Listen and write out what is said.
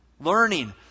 Learning